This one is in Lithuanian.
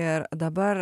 ir dabar